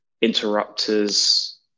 Interrupters